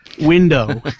window